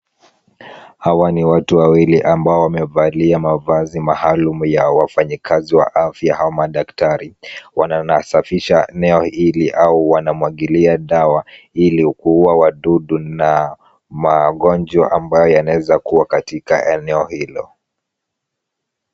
Hawa ni watu wawili ambao wamevalia mavazi maalum ya wafanyikazi wa afya kama daktari wanasafisha eneo hili au wanamwagilia dawa ili kuuwa wadudu na magonjwa ambayo yanaweza kuwa katika eneo hilo.